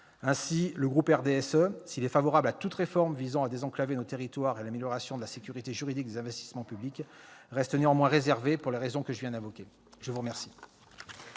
Ainsi, le groupe du RDSE, s'il est favorable à toute réforme visant à désenclaver nos territoires et à l'amélioration de la sécurité juridique des investissements publics, reste néanmoins réservé sur cette proposition de loi, pour les